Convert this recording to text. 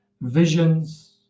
visions